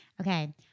Okay